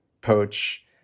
poach